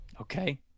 Okay